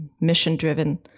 mission-driven